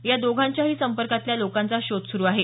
या दोघांच्याही संपर्कातल्या लोकांचा शोध सुरु आहे